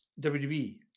WWE